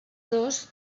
dos